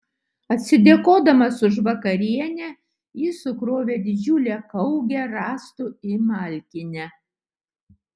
atsidėkodamas už vakarienę jis sukrovė didžiulę kaugę rąstų į malkinę